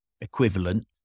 equivalent